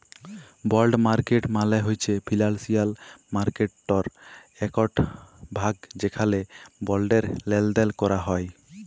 বল্ড market মালে হছে financial মার্কেটটর একট ভাগ যেখালে বল্ডের লেলদেল ক্যরা হ্যয়